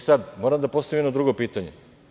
Sada moram da postavim jedno drugo pitanje.